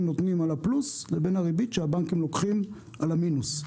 נותנים על הפלוס לבין הריבית שהבנקים לוקחים על המינוס.